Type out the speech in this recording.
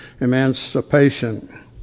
emancipation